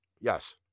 Yes